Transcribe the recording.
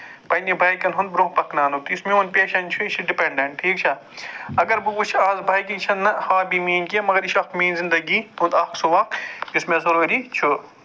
پَنٕنہِ بایکَن ہُنٛد برٛونٛہہ برٛوںٛہہ پَکناونُک یُس میٛون پیشَن چھُ یہِ چھُ ڈِپٮ۪نٛڈٮ۪نٛٹ ٹھیٖک چھا اَگر بہٕ وُچھٕ اَز بایکہِ یہِ چھَنہٕ ہابی میٛٲنۍ کیٚنٛہہ مَگر یہِ چھِ اَکھ میٛٲنۍ زِنٛدگی پوٚت اَکھ سُہ وق یُس مےٚ ضروٗری چھُ